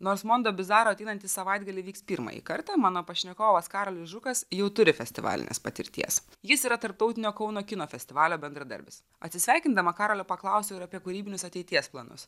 nors mondobizaro ateinantį savaitgalį vyks pirmąjį kartą mano pašnekovas karolis žukas jau turi festivalinės patirties jis yra tarptautinio kauno kino festivalio bendradarbis atsisveikindama karolio paklausiau ir apie kūrybinius ateities planus